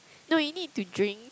no you need to drink